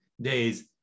days